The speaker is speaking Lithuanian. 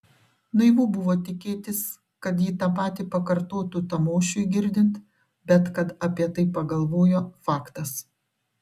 naivu buvo tikėtis kad ji tą patį pakartotų tamošiui girdint bet kad apie tai pagalvojo faktas